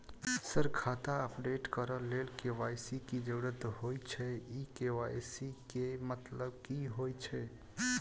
Sir खाता update करऽ लेल के.वाई.सी की जरुरत होइ छैय इ के.वाई.सी केँ मतलब की होइ छैय?